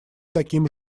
таким